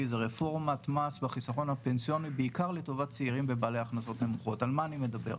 זה החיסכון שלך לפנסיה.